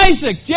Isaac